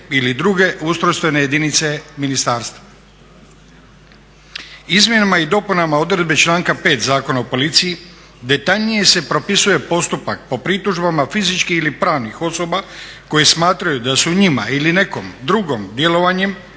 ili druge ustrojstvene jedinice ministarstva. Izmjenama i dopunama odredbe članka 5. Zakona o policiji detaljnije se propisuje postupak po pritužbama fizičkih ili pravnih osoba koje smatraju da su njima ili nekom drugom djelovanjem